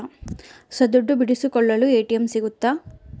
Sir ದುಡ್ಡು ಬಿಡಿಸಿಕೊಳ್ಳಲು ATM ಸಿಗುತ್ತಾ?